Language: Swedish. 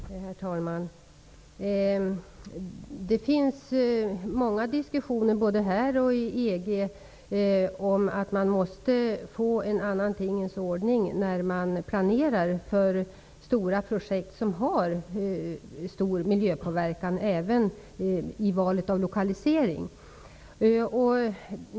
Herr talman! Det förekommer många diskussioner både här och i EG om att man måste få till stånd en annan tingens ordning för planeringen av projekt som har stor miljöpåverkan, även vad gäller valet av lokalisering.